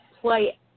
play